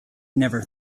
never